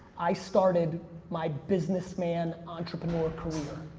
i started my businessman, entrepreneur career,